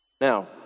Now